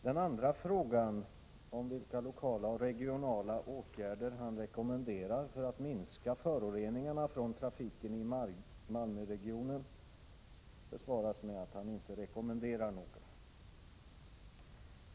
Den andra frågan, som gäller vilka lokala och regionala åtgärder kommunikationsministern rekommenderar för att minska föroreningarna från trafiken i Malmöregionen, besvaras med att kommunikationsminstern inte rekommenderar något.